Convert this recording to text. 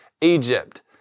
Egypt